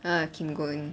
ah kim go-eun